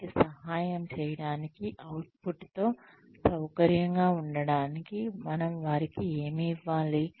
వారికి సహాయం చేయడానికి అవుట్పుట్తో సౌకర్యంగా ఉండటానికి మనం వారికి ఏమి ఇవ్వాలి